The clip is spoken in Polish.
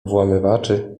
włamywaczy